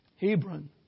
Hebron